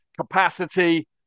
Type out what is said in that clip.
capacity